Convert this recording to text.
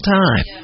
time